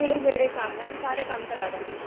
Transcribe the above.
ਕਿਹੜੇ ਕਿਹੜੇ ਕੰਮ ਹੈ ਮੈਂ ਸਾਰੇ ਕੰਮ ਕਰਾ ਦਵਾਂਗਾ